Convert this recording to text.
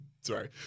Sorry